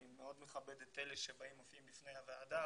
אני מאוד מכבד את אלה שבאים ומופיעים בפני הוועדה,